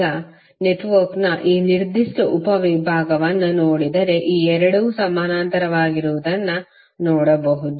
ಈಗ ನೀವು ನೆಟ್ವರ್ಕ್ನ ಈ ನಿರ್ದಿಷ್ಟ ಉಪವಿಭಾಗವನ್ನು ನೋಡಿದರೆ ಈ 2 ಸಮಾನಾಂತರವಾಗಿರುವುದನ್ನು ನೋಡಬಹುದು